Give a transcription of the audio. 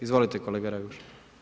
Izvolite kolega Raguž.